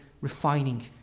refining